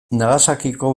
nagasakiko